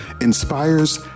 inspires